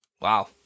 Wow